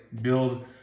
build